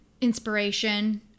inspiration